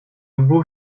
beau